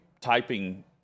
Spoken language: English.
typing